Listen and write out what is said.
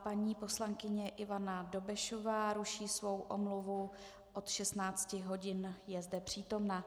Paní poslankyně Ivana Dobešová ruší svou omluvu od 16 hodin, je zde přítomna.